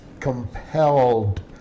compelled